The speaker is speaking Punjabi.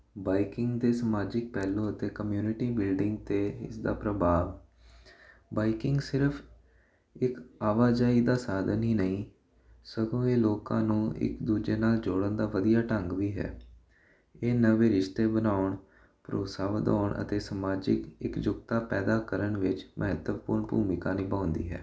ਬਾਈਕਿੰਗ ਅਤੇ ਸਮਾਜਿਕ ਪਹਿਲੂ ਅਤੇ ਕਮਿਊਨਿਟੀ ਬਿਲਡਿੰਗ 'ਤੇ ਇਸ ਦਾ ਪ੍ਰਭਾਵ ਬਾਈਕਿੰਗ ਸਿਰਫ ਇੱਕ ਆਵਾਜਾਈ ਦਾ ਸਾਧਨ ਹੀ ਨਹੀਂ ਸਗੋਂ ਇਹ ਲੋਕਾਂ ਨੂੰ ਇੱਕ ਦੂਜੇ ਨਾਲ ਜੋੜਨ ਦਾ ਵਧੀਆ ਢੰਗ ਵੀ ਹੈ ਇਹ ਨਵੇਂ ਰਿਸ਼ਤੇ ਬਣਾਉਣ ਭਰੋਸਾ ਵਧਾਉਣ ਅਤੇ ਸਮਾਜਿਕ ਇੱਕਜੁੱਟਤਾ ਪੈਦਾ ਕਰਨ ਵਿੱਚ ਮਹੱਤਵਪੂਰਨ ਭੂਮਿਕਾ ਨਿਭਾਉਂਦੀ ਹੈ